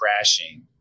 crashing